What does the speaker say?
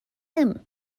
him